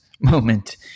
moment